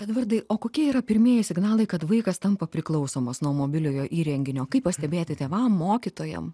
edvardai o kokie yra pirmieji signalai kad vaikas tampa priklausomas nuo mobiliojo įrenginio kaip pastebėti tėvam mokytojam